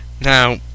Now